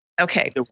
Okay